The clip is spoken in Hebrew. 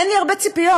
אין לי הרבה ציפיות,